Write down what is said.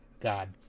God